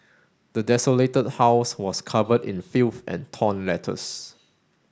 the desolated house was covered in filth and torn letters